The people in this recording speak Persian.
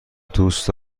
دوست